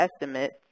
estimates